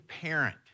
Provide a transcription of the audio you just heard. parent